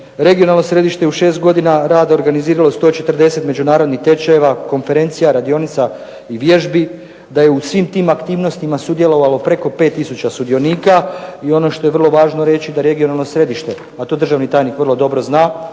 Regionalno središte u 6 godina rada organiziralo je 140 međunarodnih tečajeva, konferencija, radionica i vježbi, da je u svim tim aktivnostima sudjelovalo preko 5 tisuća sudionika, i ono što je vrlo važno reći da regionalno središte, a to državni tajnik vrlo dobro zna,